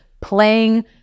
playing